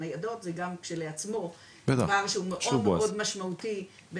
זה גם כשלעצמו דבר שהוא מאוד מאוד משמעותי,